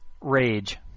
Rage